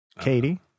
Katie